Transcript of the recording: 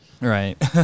right